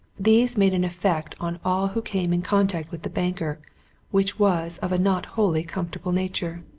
these made an effect on all who came in contact with the banker which was of a not wholly comfortable nature.